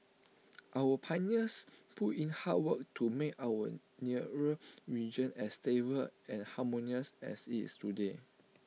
our pioneers put in hard work to make our nearer region as stable and harmonious as IT is today